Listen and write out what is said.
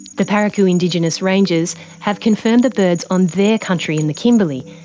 the paraku indigenous rangers have confirmed the birds on their country in the kimberly,